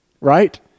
Right